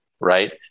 right